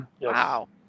Wow